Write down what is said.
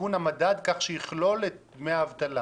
עדכון המדד כך שהוא יכלול את דמי האבטלה.